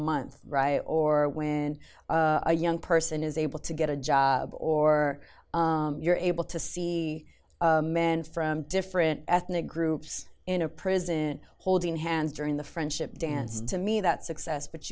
month rye or when a young person is able to get a job or you're able to see men from different ethnic groups in a prison holding hands during the friendship dance to me that success but